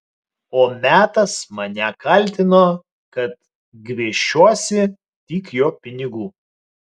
o metas mane kaltino kad gviešiuosi tik jo pinigų